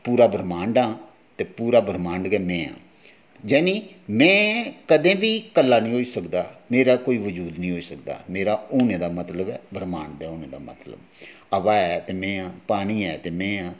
पूरा ब्रहमांड आं ते पूरा ब्रहमांड गै में आं जानि में कदें बी कल्ला नीं होई सकदा मेरा कोई बजूद नीं होई सकदा मेरा होने दा मतलब ऐ ब्रहमांड होने दा मतलब में आं हवा ऐ ते में आं पानी ऐ ते में आं